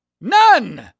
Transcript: None